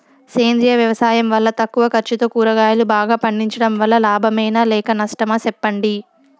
సేంద్రియ వ్యవసాయం వల్ల తక్కువ ఖర్చుతో కూరగాయలు బాగా పండించడం వల్ల లాభమేనా లేక నష్టమా సెప్పండి